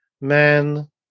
Man